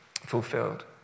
fulfilled